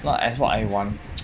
not as what I want